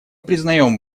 признаем